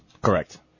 Correct